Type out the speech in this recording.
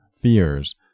fears